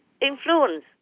influence